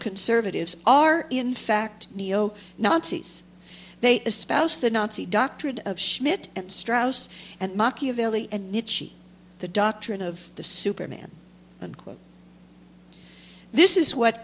conservatives are in fact neo nazis they espouse the nazi doctrine of schmidt and strauss and machiavelli and nietzsche the doctrine of the superman unquote this is what